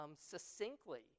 succinctly